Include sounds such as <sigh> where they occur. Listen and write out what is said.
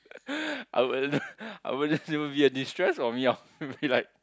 <laughs> I would I would it'll be a distress for me I'll <laughs> be like